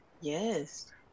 Yes